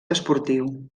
esportiu